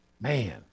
man